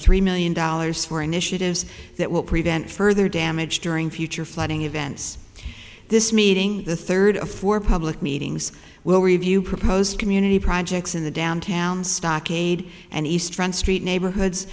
three million dollars for initiatives that will prevent further damage during future flooding events this meeting the third of four public meetings will review proposed community projects in the downtown stockade and east front street neighborhoods